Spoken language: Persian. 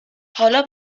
حالا